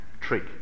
trick